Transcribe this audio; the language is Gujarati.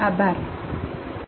આભાર